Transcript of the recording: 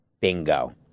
Bingo